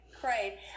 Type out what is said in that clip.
Great